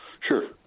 Sure